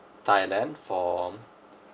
thailand for